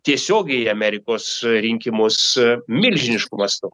tiesiogiai į amerikos rinkimus milžinišku mastu